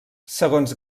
segons